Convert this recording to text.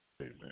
Amen